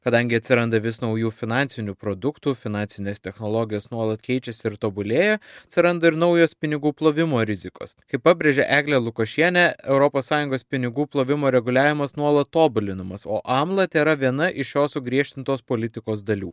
kadangi atsiranda vis naujų finansinių produktų finansinės technologijos nuolat keičiasi ir tobulėja atsiranda ir naujos pinigų plovimo rizikos kaip pabrėžė eglė lukošienė europos sąjungos pinigų plovimo reguliavimas nuolat tobulinamas o amla tėra viena iš šios sugriežtintos politikos dalių